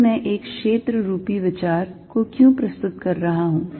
फिर मैं एक क्षेत्र रूपी विचार को क्यों प्रस्तुत कर रहा हूं